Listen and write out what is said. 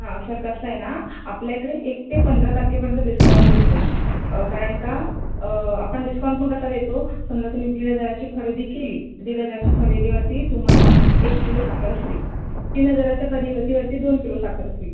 हा सर कसं आहे ना आपल्या इकडे एक ते पंधरा तारखेपर्यंत डिस्काउंट भेटतो कारण का आपण डिस्काउंटपण कसा देतो समजा तुम्ही दीड हजाराची खरेदी केली दीड हजारची खरेदीवरती तुम्हाला एक किलो साखर फ्री तीन हजाराच्या खरेवरदीवरती दोन किलो साखर फ्री